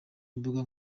imbuga